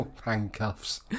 handcuffs